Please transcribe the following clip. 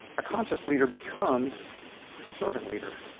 a conscious leader becomes a servant leader.